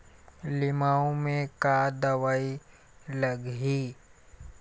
लिमाऊ मे का दवई लागिही?